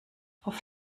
auf